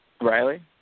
Riley